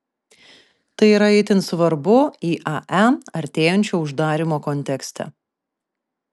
tai yra itin svarbu iae artėjančio uždarymo kontekste